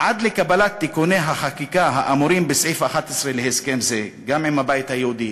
עד לקבלת תיקוני החקיקה האמורים בסעיף 11 להסכם זה" גם עם הבית היהודי,